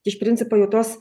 iš principo jau tos